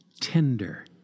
tender